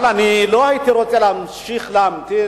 אבל לא הייתי רוצה להמשיך להמתין,